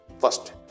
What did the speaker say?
First